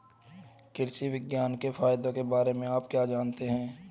कृषि विज्ञान के फायदों के बारे में आप जानते हैं?